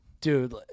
dude